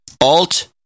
alt